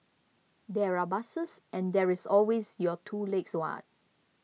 there are buses and there's always your two legs what